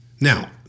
Now